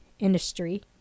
Industry